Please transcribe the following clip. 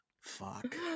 Fuck